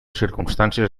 circumstàncies